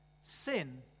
Sin